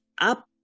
up